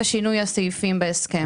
ושינוי הסעיפים בהסכם.